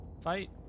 fight